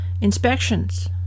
inspections